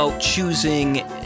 choosing